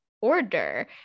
order